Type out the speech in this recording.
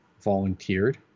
volunteered